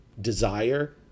desire